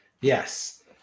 Yes